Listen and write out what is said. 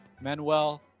Manuel